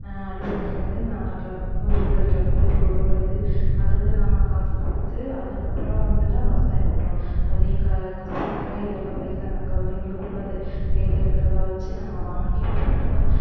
அடிமட்டத்திலேருந்து நாங்கள் ட்ரக் உழுதது ட்ரக் விட்டு உழுவுறது அதுக்கு நாங்கள் காசுக் கொடுத்து அதுக்கு அப்புறோம் வந்து தான் விவசாயம் பண்ணுறோம் அதையும் கா காசு போட்டு இதெல்லாம் பைசா நாங்கள் எங்களுக்கு உள்ளது கையில் இருக்கிறத வச்சு நாங்கள் வாங்கி போட்டு தான்